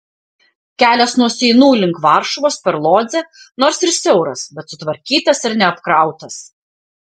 kelias nuo seinų link varšuvos per lodzę nors ir siauras bet sutvarkytas ir neapkrautas